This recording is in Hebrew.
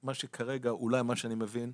אולי מה שאני מבין,